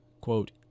quote